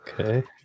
okay